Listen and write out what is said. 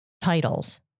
titles